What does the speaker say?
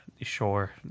Sure